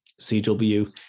CW